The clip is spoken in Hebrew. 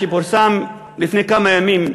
שפורסם לפני כמה ימים,